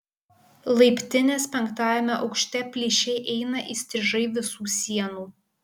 laiptinės penktajame aukšte plyšiai eina įstrižai visų sienų